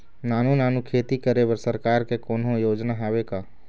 नानू नानू खेती करे बर सरकार के कोन्हो योजना हावे का?